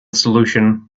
solution